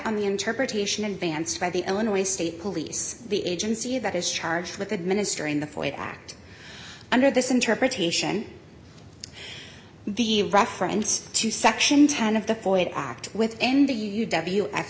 on the interpretation advanced by the illinois state police the agency that is charged with administering the foid act under this interpretation the reference to section ten of the foid act with end to u w